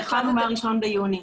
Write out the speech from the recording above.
התחלנו מה-1 ביוני.